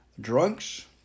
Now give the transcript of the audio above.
drunks